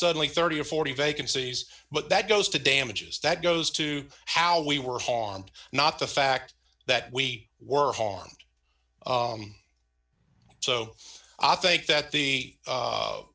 suddenly thirty or forty vacancies but that goes to damages that goes to how we were harmed not the fact that we were harmed so i think that the